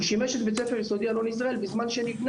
הוא שימש את בית הספר היסודי אלון ישראל בזמן שנבנה